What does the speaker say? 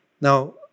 Now